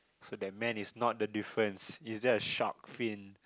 so that man is not the difference is that a shark fin